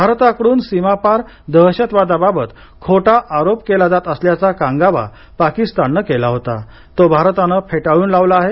भारताकडून सीमापार दहशतवादाबाबत खोटा आरोप केला जात असल्याचा कांगावा पाकिस्ताननं केला होता तो भारतानं फेटाळून लावला आहे